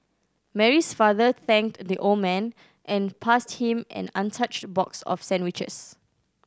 Mary's father thanked the old man and passed him an untouched box of sandwiches